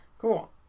cool